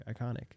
iconic